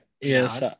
Yes